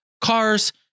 cars